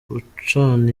gucana